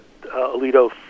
Alito